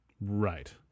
Right